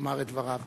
יאמר את דבריו,